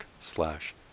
slash